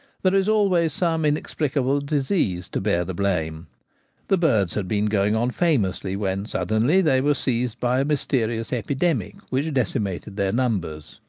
there is always some inexplicable disease to bear the blame the birds had been going on famously when suddenly they were seized by a mysterious epidemic which decimated their numbers.